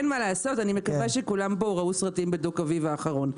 אני מקווה שכולם פה ראו סרטים בדוק-אביב האחרון.